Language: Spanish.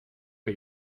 que